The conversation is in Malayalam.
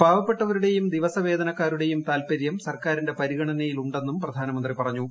പാവപ്പെട്ടവരുടെയും ദിവസവേതനക്കാരുടെയും താത്പര്യം സർക്കാരിന്റെ പരീഗണനയിൽ ഉണ്ടെന്നും പ്രധാനമന്ത്രി പറഞ്ഞു